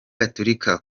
gatolika